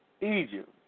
Egypt